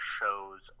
Shows